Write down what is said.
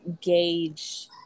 gauge